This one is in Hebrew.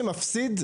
איכס.